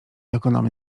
ekonomię